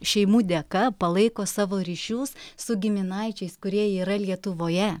šeimų dėka palaiko savo ryšius su giminaičiais kurie yra lietuvoje